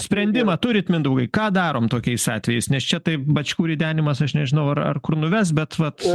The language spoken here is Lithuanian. sprendimą turit mindaugai ką darom tokiais atvejais nes čia taip bačkų ridenimas aš nežinau ar ar kur nuves bet vat